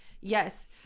Yes